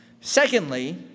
Secondly